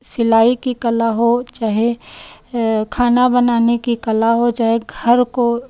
सिलाई की कला हो चाहे खाना बनाने की कला हो चाहे घर को